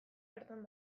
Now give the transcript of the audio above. bertan